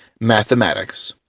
mathematics.